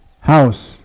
house